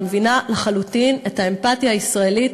אני מבינה לחלוטין את האמפתיה הישראלית,